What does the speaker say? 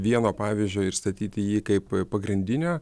vieno pavyzdžio ir statyti jį kaip pagrindinio